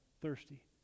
thirsty